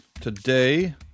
Today